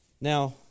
Now